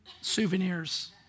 souvenirs